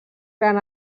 gran